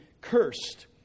cursed